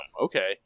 Okay